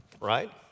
right